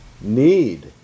need